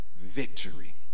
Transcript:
victory